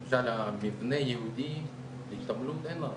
למשל מבנה ייעודי להתעמלות אין לנו,